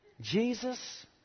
Jesus